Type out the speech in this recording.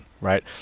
right